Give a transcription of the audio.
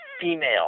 female